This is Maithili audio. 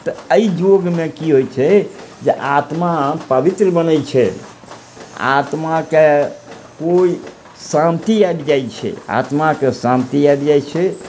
तऽ अइ योगमे की होइ छै जे आत्मा पवित्र बनय छै आत्माके कोइ शान्ति आबि जाइ छै आत्माके शान्ति आबि जाइ छै